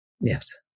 Yes